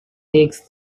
takes